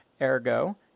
Ergo